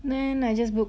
then I just book